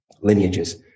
lineages